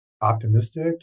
optimistic